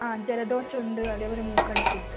അ ജലദോഷവും ഉണ്ട് അതേപോലെ മൂക്കടപ്പും ഉണ്ട്